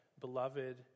beloved